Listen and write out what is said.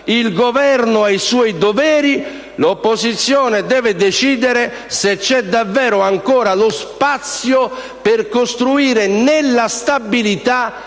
Il Governo ha i suoi doveri. L'opposizione deve decidere se esiste ancora davvero lo spazio per costruire nella stabilità